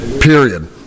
Period